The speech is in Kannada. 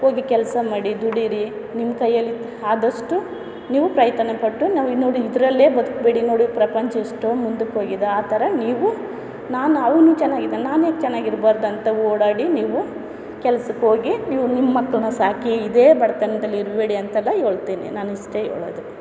ಹೋಗಿ ಕೆಲಸ ಮಾಡಿ ದುಡೀರಿ ನಿಮ್ಮ ಕೈಯ್ಯಲ್ಲಿ ಆದಷ್ಟು ನೀವು ಪ್ರಯತ್ನ ಪಟ್ಟು ನ ನೋಡಿ ಇದರಲ್ಲೇ ಬದುಕ್ಬೇಡಿ ನೋಡಿ ಪ್ರಪಂಚ ಎಷ್ಟೋ ಮುಂದಕ್ಕೆ ಹೋಗಿದೆ ಆ ಥರ ನೀವು ನಾನು ಅವನೂ ಚೆನ್ನಾಗಿ ಇದ್ದಾನೆ ನಾನು ಯಾಕೆ ಚೆನ್ನಾಗಿ ಇರ್ಬಾರ್ದಂತ ಓಡಾಡಿ ನೀವು ಕೆಲ್ಸಕ್ಕೆ ಹೋಗಿ ನೀವು ನಿಮ್ಮ ಮಕ್ಕಳನ್ನ ಸಾಕಿ ಇದೇ ಬಡತನ್ದಲ್ಲಿ ಇರಬೇಡಿ ಅಂತೆಲ್ಲ ಹೇಳ್ತೀನಿ ನಾನು ಇಷ್ಟೇ ಹೇಳೋದು